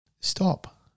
stop